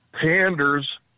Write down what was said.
panders